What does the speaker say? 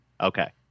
okay